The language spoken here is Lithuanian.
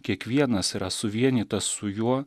kiekvienas yra suvienytas su juo